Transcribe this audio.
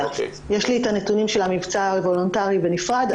יש לי את הנתונים של המבצע הוולונטרי בנפרד,